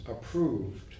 approved